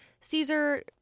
Caesar